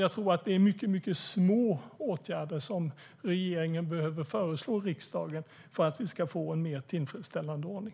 Jag tror att det är mycket, mycket små åtgärder som regeringen behöver föreslå riksdagen för att vi ska få en mer tillfredsställande ordning.